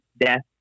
death